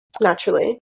Naturally